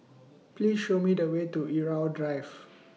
Please Show Me The Way to Irau Drive